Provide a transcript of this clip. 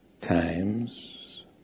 times